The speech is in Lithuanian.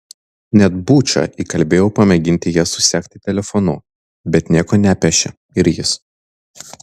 net bučą įkalbėjau pamėginti ją susekti telefonu bet nieko nepešė ir jis